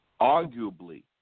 Arguably